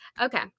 Okay